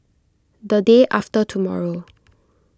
the day after tomorrow